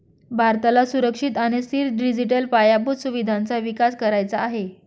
भारताला सुरक्षित आणि स्थिर डिजिटल पायाभूत सुविधांचा विकास करायचा आहे